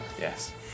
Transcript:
Yes